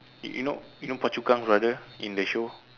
you you know you know phua-chu-kang brother in the show